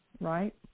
right